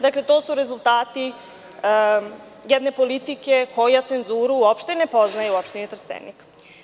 Dakle, to su rezultati jedne politike koja cenzuru uopšte ne poznaje u opštini Trstenik.